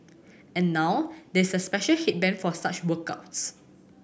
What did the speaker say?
and now there is a special headband for such workouts